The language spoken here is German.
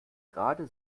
gerade